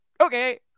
Okay